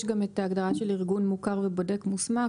גם ההגדרה של ארגון מוכר ובודק מוסמך.